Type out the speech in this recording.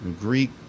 Greek